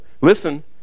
Listen